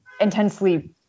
intensely